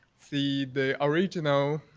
see the original,